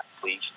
please